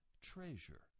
treasure